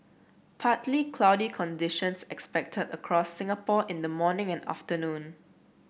partly cloudy conditions expected across Singapore in the morning and afternoon